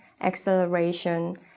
acceleration